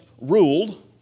ruled